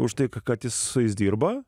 už tai kad jis dirba